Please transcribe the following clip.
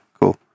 cool